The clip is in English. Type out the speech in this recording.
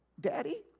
Daddy